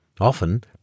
Often